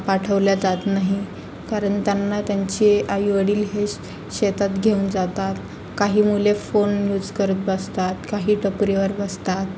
पाठवले जात नाही कारण त्यांना त्यांचे आई वडील हे शेतात घेऊन जातात काही मुले फोन यूस करत बसतात काही टपरीवर बसतात